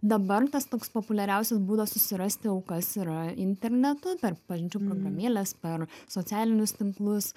dabar tas toks populiariausias būdas susirasti aukas yra internetu per pažinčių programėles per socialinius tinklus